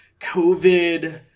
covid